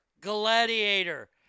Gladiator